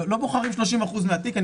לא בוחרים 30% מהתיק.